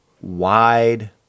wide